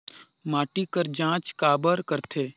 माटी कर जांच काबर करथे?